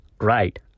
right